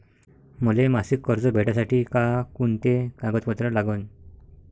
मले मासिक कर्ज भेटासाठी का कुंते कागदपत्र लागन?